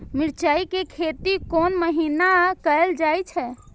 मिरचाय के खेती कोन महीना कायल जाय छै?